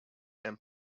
and